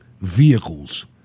vehicles